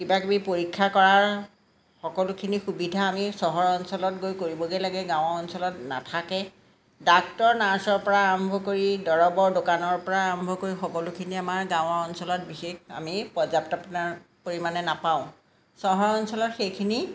কিবাকিবি পৰীক্ষা কৰাৰ সকলোখিনি সুবিধা আমি চহৰ অঞ্চলত গৈ কৰিবগৈ লাগে গাঁৱৰ অঞ্চলত নাথাকে ডাক্তৰ নাৰ্ছৰ পৰা আৰম্ভ কৰি দৰৱৰ দোকানৰ পৰা আৰম্ভ কৰি সকলোখিনি আমাৰ গাঁৱৰ অঞ্চলত বিশেষ আমি পৰ্যাপ্ত পই পৰিমাণে নাপাওঁ চহৰ অঞ্চলত সেইখিনি